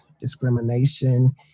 discrimination